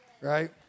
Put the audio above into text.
right